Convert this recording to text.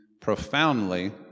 profoundly